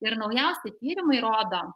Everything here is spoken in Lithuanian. ir naujausi tyrimai rodo